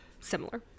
Similar